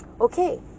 Okay